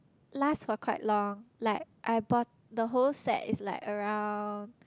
last for quite long like I bought the whole set is like around